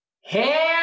Hey